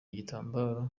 igitambaro